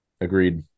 Agreed